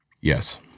Yes